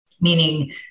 meaning